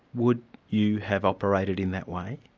would you have operated in that way?